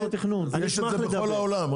יש את זה בכל העולם.